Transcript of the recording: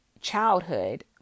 childhood